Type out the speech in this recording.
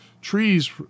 trees